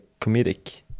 comedic